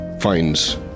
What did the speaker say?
finds